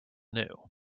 new